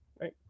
Right